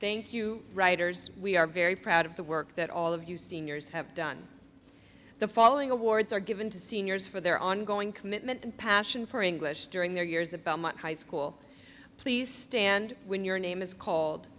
thank you writers we are very proud of the work that all of you seniors have done the following awards are given to seniors for their ongoing commitment and passion for english during their years about my high school please stand when your name is c